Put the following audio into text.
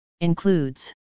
includes